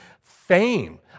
fame